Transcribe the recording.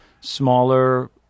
smaller